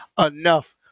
enough